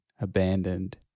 abandoned